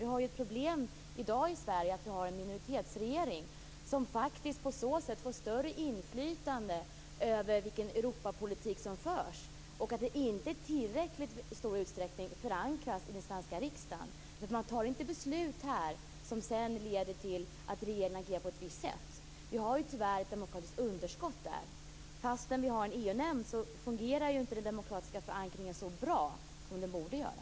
Vi har ju problem i dag i Sverige med att vi har en minoritetsregering som faktiskt på så sätt får större inflytande över vilken Europapolitik som förs och med att den politiken inte i tillräckligt stor utsträckning förankras i den svenska riksdagen. Man fattar inte beslut här i riksdagen som sedan leder till att regeringen agerar på ett visst sätt. Vi har tyvärr ett demokratiskt underskott här. Fastän vi har en EU-nämnd fungerar ju inte den demokratiska förankringen så bra som den borde göra.